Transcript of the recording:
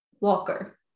Walker